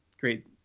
great